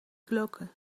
glocke